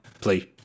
play